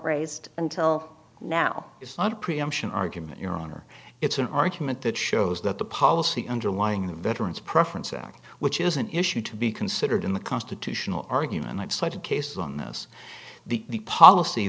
raised until now it's not preemption argument your honor it's an argument that shows that the policy underlying the veterans preference act which is an issue to be considered in the constitutional argument i've cited cases on this the policy